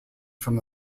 from